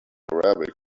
arabic